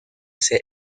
ser